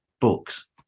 books